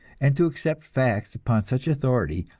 and to accept facts upon such authority,